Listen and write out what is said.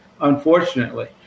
unfortunately